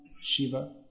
Shiva